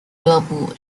俱乐部